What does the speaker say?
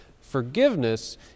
forgiveness